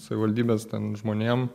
savivaldybės ten žmonėm